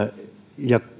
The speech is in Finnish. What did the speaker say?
ja